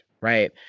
Right